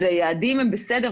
אז היעדים הם בסדר,